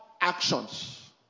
actions